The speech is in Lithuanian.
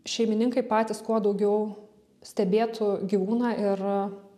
šeimininkai patys kuo daugiau stebėtų gyvūną ir